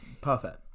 perfect